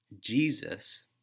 Jesus